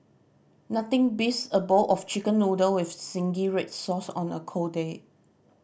nothing beats a bowl of Chicken Noodle with zingy red sauce on a cold day